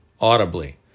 audibly